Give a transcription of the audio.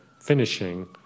finishing